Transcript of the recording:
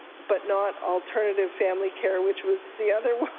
but not alternative family care which was the other one i